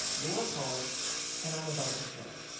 you're a poet and i'm about to show it.